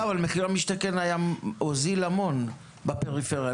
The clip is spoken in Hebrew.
אבל מחיר למשתכן הוזיל המון בפריפריה.